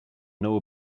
know